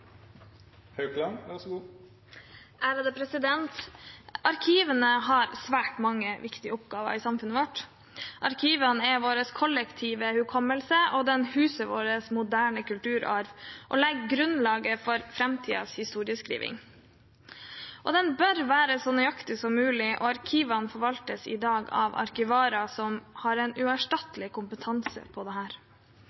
Kristiansand, som så langt viser gode resultater. Arkivene har svært mange viktige oppgaver i samfunnet vårt. Arkivene er vår kollektive hukommelse. De huser vår moderne kulturarv og legger grunnlaget for framtidens historieskriving. De bør være så nøyaktige så mulig, og arkivene forvaltes i dag av arkivarer som har